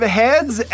heads